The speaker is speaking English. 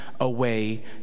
away